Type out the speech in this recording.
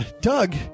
Doug